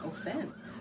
offense